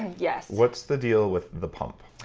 yes what's the deal with the pump?